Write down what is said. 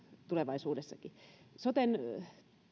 tulevaisuudessakin soten